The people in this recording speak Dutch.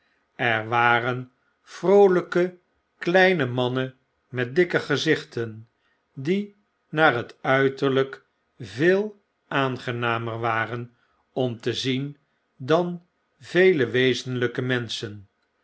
er waren vrooljjke kleine mannen met dikke gezichten die naar het uiterlp veel aangenamer waren om te zien dan vele wezenlyke menschen